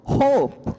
hope